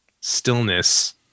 stillness